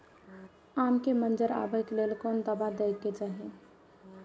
आम के मंजर आबे के लेल कोन दवा दे के चाही?